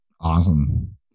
Awesome